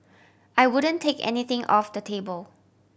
I wouldn't take anything off the table